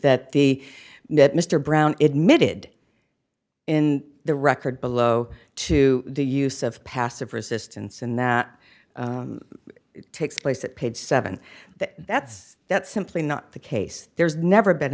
that the met mr brown admitted in the record below to the use of passive resistance and that takes place at page seven that that's that's simply not the case there's never been